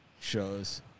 shows